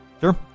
Sure